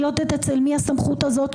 אני לא יודעת אצל מי הסמכות הזאת,